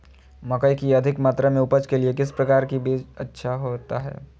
मकई की अधिक मात्रा में उपज के लिए किस प्रकार की बीज अच्छा होता है?